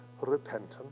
repentance